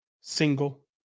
single